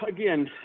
again